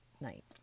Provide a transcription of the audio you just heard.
night